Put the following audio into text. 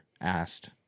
asked –